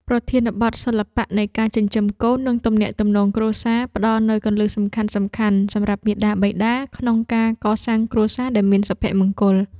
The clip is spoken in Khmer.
ប្រធានបទ សិល្បៈនៃការចិញ្ចឹមកូន និងទំនាក់ទំនងគ្រួសារ ផ្ដល់នូវគន្លឹះសំខាន់ៗសម្រាប់មាតាបិតាក្នុងការកសាងគ្រួសារដែលមានសុភមង្គល។